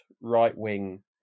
right-wing